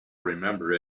remember